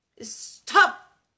Stop